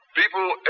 ...people